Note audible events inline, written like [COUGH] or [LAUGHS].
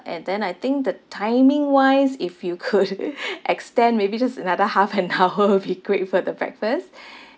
and then I think the timing wise if you could [LAUGHS] extend maybe just another half [LAUGHS] an hour will be great for the breakfast [BREATH]